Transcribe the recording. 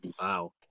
Wow